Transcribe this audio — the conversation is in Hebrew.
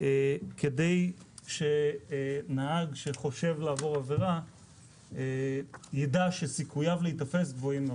כדי שנהג שחושב לעבור עבירה יידע שסיכוייו להיתפס גבוהים מאוד.